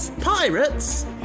pirates